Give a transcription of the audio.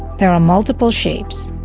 there are multiple shapes,